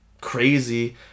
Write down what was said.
crazy